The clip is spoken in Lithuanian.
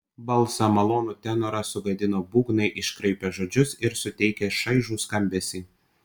balsą malonų tenorą sugadino būgnai iškraipę žodžius ir suteikę šaižų skambesį